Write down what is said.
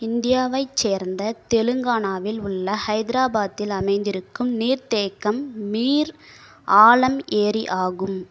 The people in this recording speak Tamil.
இந்தியாவைச் சேர்ந்த தெலுங்கானாவில் உள்ள ஹைதராபாத்தில் அமைந்திருக்கும் நீர்த்தேக்கம் மீர் ஆலம் ஏரி ஆகும்